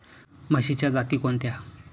म्हशीच्या जाती कोणत्या?